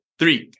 three